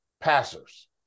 passers